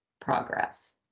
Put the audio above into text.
progress